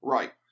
Right